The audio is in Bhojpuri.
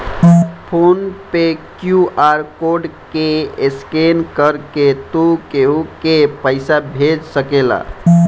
फ़ोन पे क्यू.आर कोड के स्केन करके तू केहू के पईसा भेज सकेला